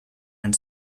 and